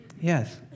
Yes